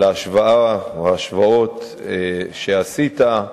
ההשוואות שעשית.